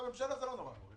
בממשלה זה לא נורא.